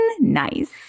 Nice